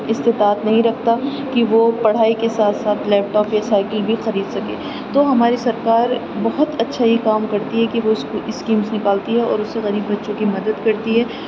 استطاعت نہیں رکھتا کہ وہ پڑھائی کے ساتھ ساتھ لیپ ٹاپ یا سائیکل بھی خرید سکے تو ہماری سرکار بہت اچھا یہ کام کرتی ہے کہ وہ اسکو اسکیمس نکالتی ہے اور اس سے غریب بچوں کی مدد کرتی ہے